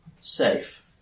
safe